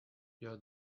your